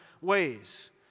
ways